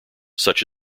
such